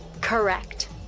Correct